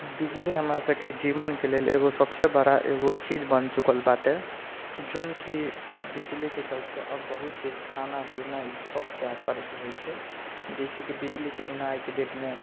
बिजली हमरासभके जीवनके लेल एगो सभसँ बड़ा एगो चीज बनि चुकल बाटे जोनकि बिजलीके चलते अब बहुत चीज खाना पीना ईसभ त्याग करयके होइ छै जे छै कि बिजलीके बिना आइके डेटमे